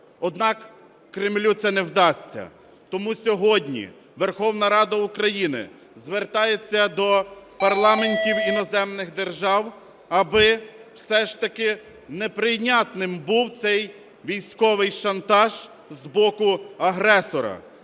Однак Кремлю це не вдасться. Тому сьогодні Верховна Рада України звертається до парламентів іноземних держав, аби все ж таки неприйнятним був цей військовий шантаж з боку агресора.